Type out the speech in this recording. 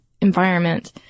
environment